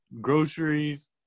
Groceries